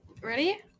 Ready